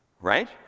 right